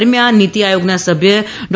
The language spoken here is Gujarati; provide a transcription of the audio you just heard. દરમ્યાન નીતી આયોગના સભ્ય ડો